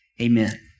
Amen